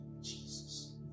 Jesus